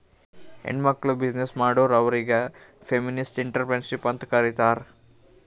ಹೆಣ್ಮಕ್ಕುಳ್ ಬಿಸಿನ್ನೆಸ್ ಮಾಡುರ್ ಅವ್ರಿಗ ಫೆಮಿನಿಸ್ಟ್ ಎಂಟ್ರರ್ಪ್ರಿನರ್ಶಿಪ್ ಅಂತ್ ಕರೀತಾರ್